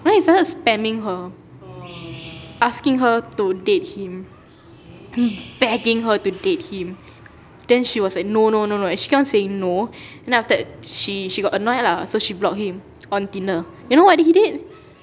then he started spamming her asking her to date him begging her to date him then she was like no no no no and she keep on saying no then after that she she got annoyed lah so she blocked him on tinder you know what did he did